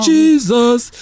Jesus